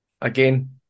again